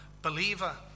believer